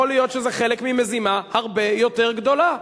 יכול להיות שזה חלק ממזימה הרבה יותר גדולה.